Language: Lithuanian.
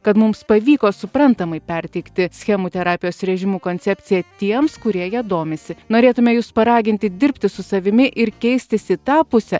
kad mums pavyko suprantamai perteikti schemų terapijos režimų koncepciją tiems kurie ja domisi norėtume jus paraginti dirbti su savimi ir keistis į tą pusę